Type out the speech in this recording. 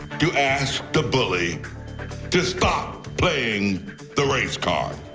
to ask the bully to stop playing the race card.